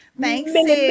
Thanks